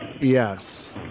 Yes